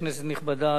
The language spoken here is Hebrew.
כנסת נכבדה,